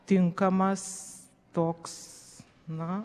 tinkamas toks na